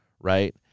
right